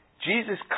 Jesus